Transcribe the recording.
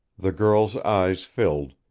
the girl's eyes filled,